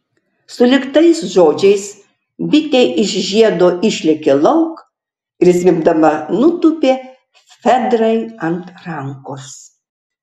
sulig tais žodžiais bitė iš žiedo išlėkė lauk ir zvimbdama nutūpė fedrai ant rankos